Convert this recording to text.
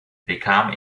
bekam